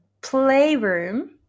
Playroom